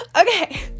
Okay